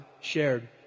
shared